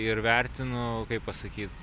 ir vertinu kaip pasakyt